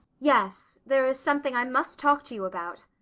yes, there is something i must talk to you about.